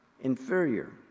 inferior